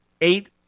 eight